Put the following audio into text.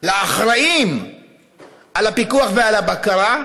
לאחראים לפיקוח ולבקרה,